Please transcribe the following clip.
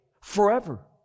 forever